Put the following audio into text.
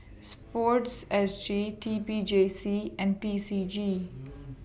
Sports S G T P J C and P C G